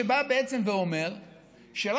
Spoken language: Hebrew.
ואומרים לך: נדרשים כישורים כאלה ואחרים,